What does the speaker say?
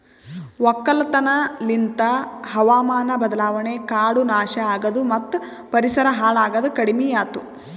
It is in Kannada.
ಒಕ್ಕಲತನ ಲಿಂತ್ ಹಾವಾಮಾನ ಬದಲಾವಣೆ, ಕಾಡು ನಾಶ ಆಗದು ಮತ್ತ ಪರಿಸರ ಹಾಳ್ ಆಗದ್ ಕಡಿಮಿಯಾತು